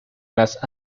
las